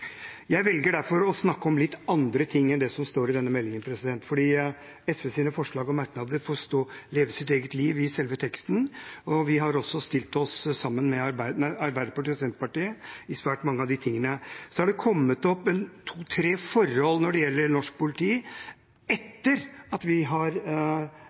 Jeg velger derfor å snakke om litt andre ting enn det som står i denne meldingen. SVs forslag og merknader får leve sitt eget liv i selve teksten. Vi har også stilt oss sammen med Arbeiderpartiet og Senterpartiet bak svært mange av de tingene. Så har det etter at vi avga denne innstillingen, kommet opp to–tre forhold når det gjelder norsk politi.